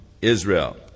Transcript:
Israel